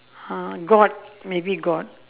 uh god maybe god